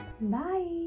Bye